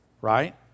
Right